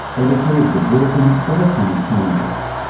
editor of the bulletin of atomic scientists.